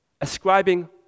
ascribing